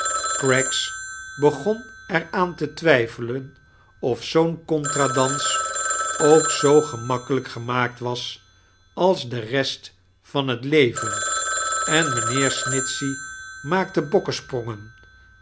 craggs began er aan te twijfelen of zoo'n contra-dans ook zoo gemakkelijk gemaakt was als de rest van het leven en mijnheer snitcftuey maakte bokkesprongen